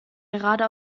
gerade